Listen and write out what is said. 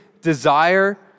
desire